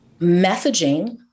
messaging